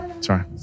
Sorry